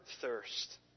thirst